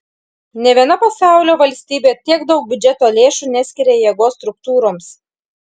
nė viena pasaulio valstybė tiek daug biudžeto lėšų neskiria jėgos struktūroms